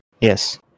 Yes